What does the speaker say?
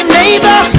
neighbor